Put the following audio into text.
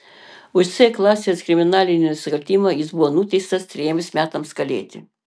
už c klasės kriminalinį nusikaltimą jis buvo nuteistas trejiems metams kalėti